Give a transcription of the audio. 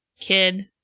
kid